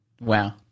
Wow